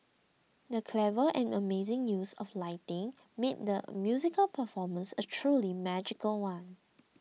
the clever and amazing use of lighting made the musical performance a truly magical one